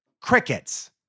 Crickets